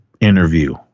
interview